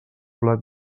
plat